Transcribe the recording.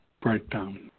Breakdown